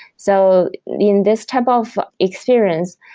so in this type of experience,